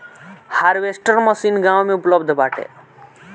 harvester machine गाँव में उपलब्ध बाटे